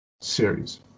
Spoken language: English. series